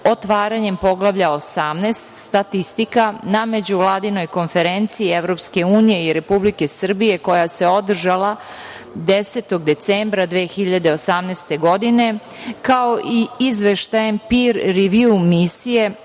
otvaranjem Poglavlja 18 – statistika na međuvladinoj konferencije EU i Republike Srbije, koja se održala 10. decembra 2018. godine, kao i Izveštajem Pir rivju misije